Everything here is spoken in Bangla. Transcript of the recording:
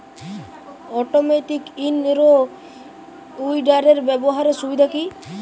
অটোমেটিক ইন রো উইডারের ব্যবহারের সুবিধা কি?